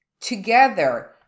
together